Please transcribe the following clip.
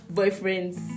boyfriends